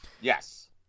yes